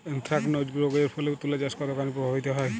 Anthracnose রোগ এর ফলে তুলাচাষ কতখানি প্রভাবিত হয়?